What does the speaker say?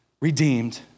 redeemed